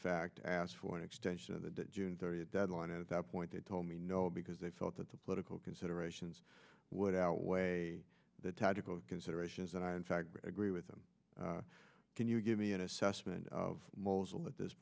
fact asked for an extension of the june thirtieth deadline at that point they told me no because they felt that the political considerations would outweigh the tactical considerations that i in fact agree with them can you give me an assessment of mosul at this